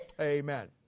Amen